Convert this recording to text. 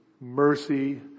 mercy